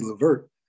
Levert